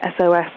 SOS